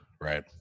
right